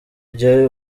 gihe